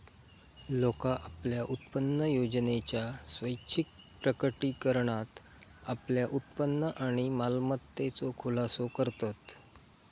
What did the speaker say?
लोका आपल्या उत्पन्नयोजनेच्या स्वैच्छिक प्रकटीकरणात आपल्या उत्पन्न आणि मालमत्तेचो खुलासो करतत